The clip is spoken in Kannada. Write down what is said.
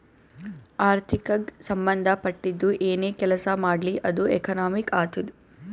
ಆರ್ಥಿಕಗ್ ಸಂಭಂದ ಪಟ್ಟಿದ್ದು ಏನೇ ಕೆಲಸಾ ಮಾಡ್ಲಿ ಅದು ಎಕನಾಮಿಕ್ ಆತ್ತುದ್